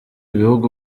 bihugu